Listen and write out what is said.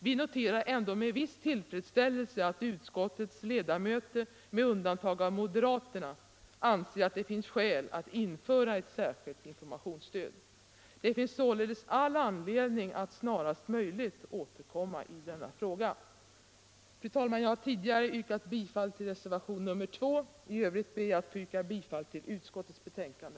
Vi noterar ändå med viss tillfredsställelse att utskottets ledamöter med undantag av moderaterna anser att det finns skäl att införa ett särskilt informationsstöd. Det finns således all anledning att snarast möjligt återkomma i denna fråga. Fru talman! Jag har tidigare yrkat bifall till reservationen 2. I övrigt ber jag att få yrka bifall till utskottets betänkande.